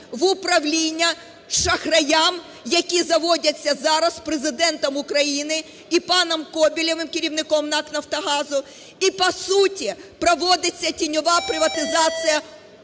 в управління шахраям, які заводяться зараз Президентом України і паном Коболєвим, керівником НАК "Нафтогазу". І, по суті, проводиться тіньова приватизація